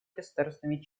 государствами